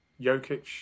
Jokic